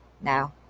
Now